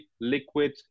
liquid